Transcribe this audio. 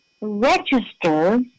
register